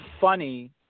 funny